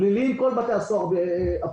ואסירים פליליים בכל בתי הסוהר הפליליים.